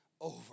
over